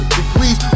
degrees